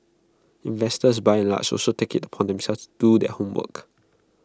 investors by and large also take IT upon themselves do their homework